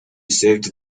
saved